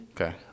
Okay